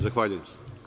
Zahvaljujem.